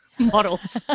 models